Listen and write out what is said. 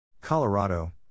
Colorado